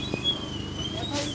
निवेश की क्या विशेषता होती है?